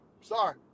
Sorry